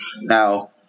Now